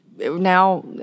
Now